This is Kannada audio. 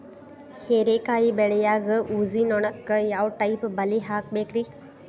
ಹೇರಿಕಾಯಿ ಬೆಳಿಯಾಗ ಊಜಿ ನೋಣಕ್ಕ ಯಾವ ಟೈಪ್ ಬಲಿ ಹಾಕಬೇಕ್ರಿ?